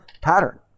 pattern